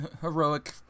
heroic